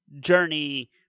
journey